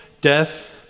death